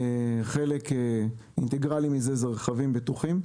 חלק אינטגרלי מזה זה רכבים בטוחים.